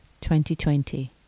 2020